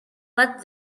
but